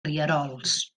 rierols